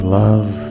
love